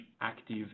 active